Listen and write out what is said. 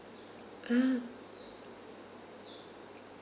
ah